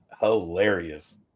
hilarious